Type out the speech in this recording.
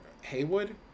haywood